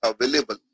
available